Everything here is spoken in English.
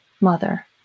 mother